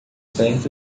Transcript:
perto